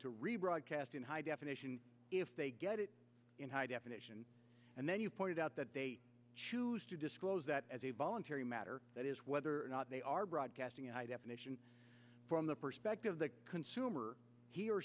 to rebroadcast in high definition if they get it in high definition and then you pointed out the date to disclose that as a voluntary matter that is whether or not they are broadcasting in high definition from the perspective of the consumer he or